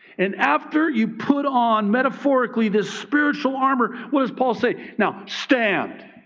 and after you put on, metaphorically this spiritual armor, what does paul say? now stand,